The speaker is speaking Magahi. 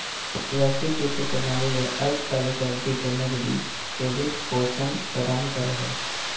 वैश्विक वित्तीय प्रणाली ले अल्पकालिक अवधि के नकदी के वित्त पोषण प्रदान करो हइ